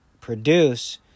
produce